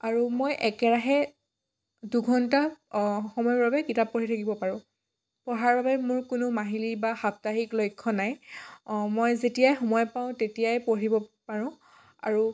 আৰু মই একেৰাহে দুঘণ্টা অঁ সময়ৰ বাবে কিতাপ পঢ়ি থাকিব পাৰোঁ পঢ়াৰ বাবে মোৰ কোনো মাহিলি বা সাপ্তাহিক লক্ষ্য নাই অঁ মই যেতিয়াই সময় পাওঁ তেতিয়াই পঢ়িব পাৰোঁ আৰু